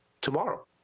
tomorrow